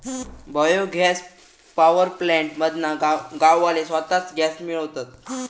bio gas power plant मधना गाववाले स्वताच गॅस मिळवतत